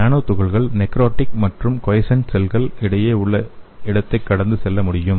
நானோ துகள்கள் நெக்ரோடிக் மற்றும் கொயசென்ட் செல்கள் இடையே உள்ள இடத்தை கடந்து செல்ல முடியும்